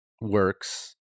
works